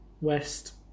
West